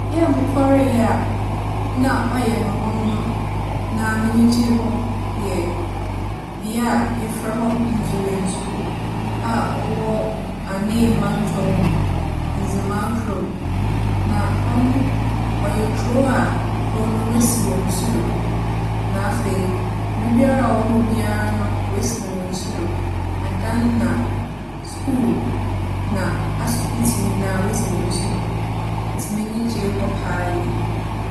Bea a mokͻree a na ͻyɛ me nwanwa na m'enyi gyee hͻ yɛ bea a yɛfrɛ hͻ Nzulenzu a ͻwͻ Anee mantͻw mu, Ndzema kurow mu. Na hͻ no, ͻyɛ kurow a, kurow no, woesi wͻ nsu do. Na afei, biribiara a ͻwͻ hͻ biara no, woesi no wͻ nsu do. Adan na skuul na asopitsi nyina woesi wͻ nsu do, ntsi m'enyi gyee hͻ paa yie.